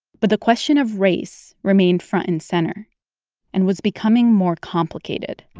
but the question of race remained front and center and was becoming more complicated